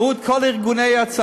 ראו את כל ארגוני ההצלה,